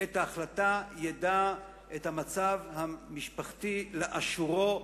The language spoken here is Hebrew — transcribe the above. את ההחלטה ידע את המצב המשפחתי לאשורו,